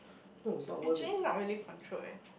actually not really controlled eh